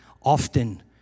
often